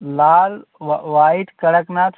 Lal white Kadaknath